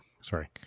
sorry